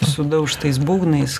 sudaužtais būgnais